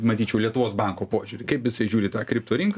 matyčiau lietuvos banko požiūrį kaip jisai žiūri į tą kriptorinką